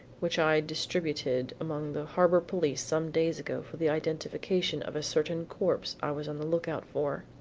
which i distributed among the harbor police some days ago for the identification of a certain corpse i was on the lookout for.